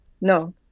No